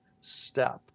step